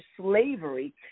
slavery